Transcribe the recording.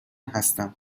هستم